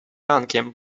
rankiem